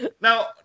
Now